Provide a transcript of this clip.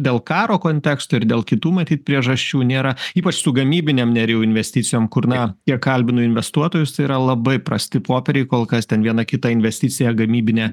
dėl karo konteksto ir dėl kitų matyt priežasčių nėra ypač su gamybinėm nerijau investicijom kur na jie kalbinu investuotojus tai yra labai prasti popieriai kol kas ten viena kita investicija gamybinė